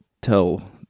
tell